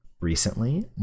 recently